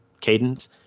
cadence